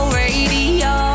radio